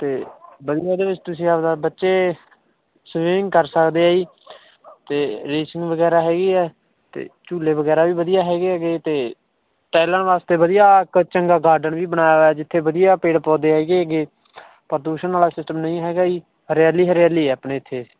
ਅਤੇ ਵਧੀਆ ਇਹਦੇ ਵਿੱਚ ਤੁਸੀਂ ਆਪਦਾ ਬੱਚੇ ਸਵਿਮਿੰਗ ਕਰ ਸਕਦੇ ਆ ਜੀ ਅਤੇ ਰੇਸਿੰਗ ਵਗੈਰਾ ਹੈਗੀ ਹੈ ਅਤੇ ਝੂਲੇ ਵਗੈਰਾ ਵੀ ਵਧੀਆ ਹੈਗੇ ਗੇ ਅਤੇ ਟਹਿਲਣ ਵਾਸਤੇ ਵਧੀਆ ਚੰਗਾ ਗਾਰਡਨ ਵੀ ਬਣਾਇਆ ਹੋਇਆ ਜਿੱਥੇ ਵਧੀਆ ਪੇੜ ਪੌਦੇ ਹੈਗੇ ਗੇ ਪ੍ਰਦੂਸ਼ਣ ਵਾਲਾ ਸਿਸਟਮ ਨਹੀਂ ਹੈਗਾ ਜੀ ਹਰਿਆਲੀ ਹਰਿਆਲੀ ਹੈ ਆਪਣੇ ਇੱਥੇ